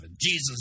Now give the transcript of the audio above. Jesus